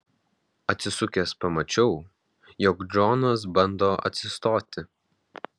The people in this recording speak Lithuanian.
atsisukęs pamačiau jog džonas bando atsistoti